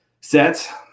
sets